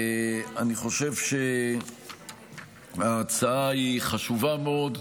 אני חושב שההצעה היא חשובה מאוד,